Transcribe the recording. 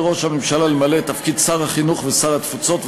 ראש הממשלה למלא את תפקיד שר החינוך ושר התפוצות,